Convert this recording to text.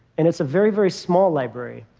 and it's a very, very small library.